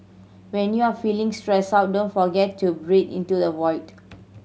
when you are feeling stressed out don't forget to breathe into the void